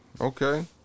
Okay